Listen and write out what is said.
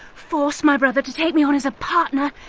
force my brother to take me on as partner,